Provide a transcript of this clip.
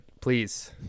Please